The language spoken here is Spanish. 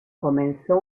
comenzó